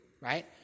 right